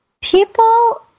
people